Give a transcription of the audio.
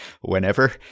whenever